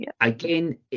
again